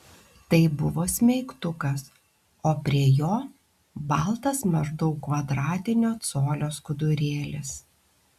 tai buvo smeigtukas o prie jo baltas maždaug kvadratinio colio skudurėlis